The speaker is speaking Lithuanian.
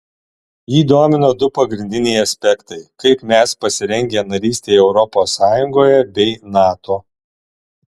jį domino du pagrindiniai aspektai kaip mes pasirengę narystei europos sąjungoje bei nato